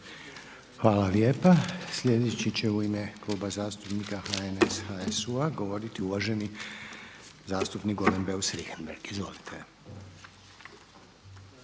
Hvala lijepa. Sljedeći će u ime Kluba zastupnika HNS-HSU-a govoriti uvaženi zastupnik Goran Beus Richembergh. Izvolite.